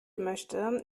möchte